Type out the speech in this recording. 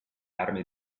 armi